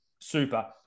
super